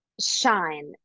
shine